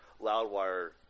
Loudwire